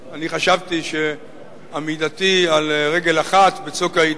אני חשבתי שעמידתי על רגל אחת בצוק העתים